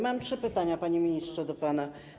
Mam trzy pytania, panie ministrze, do pana.